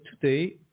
today